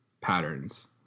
patterns